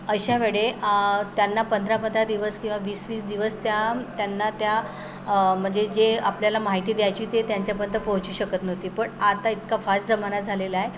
अशा वेळी त्यांना पंधरा पंधरा दिवस किंवा वीस वीस दिवस त्या त्यांना त्या म्हणजे जे आपल्याला माहिती द्यायची ते त्यांच्यापर्यंत पोहोचू शकत नव्हती पण आता इतका फास जमाना झालेला आहे